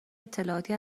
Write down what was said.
اطلاعاتی